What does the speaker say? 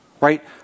right